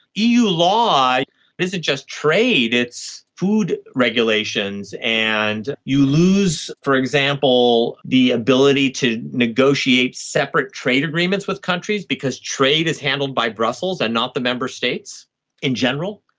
eu law isn't just trade, it's food regulations, and you lose, for example, the ability to negotiate separate trade agreements with countries because trade is handled by brussels and not the member states in general.